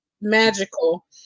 magical